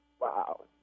Wow